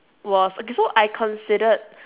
was okay so I considered